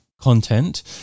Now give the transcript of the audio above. content